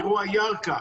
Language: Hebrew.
אירוע ירכא,